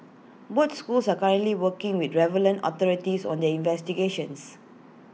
both schools are currently working with relevant authorities on their investigations